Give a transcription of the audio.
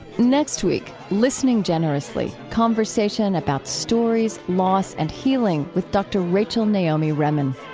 next week, listening generously conversation about stories, loss and healing, with dr. rachel naomi remen.